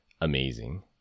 amazing